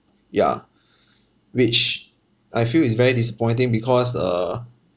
ya which I feel is very disappointing because uh